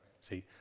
See